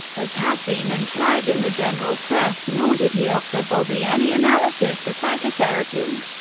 as has been implied in the general press, nor did he offer bobby any analysis or psychotherapy.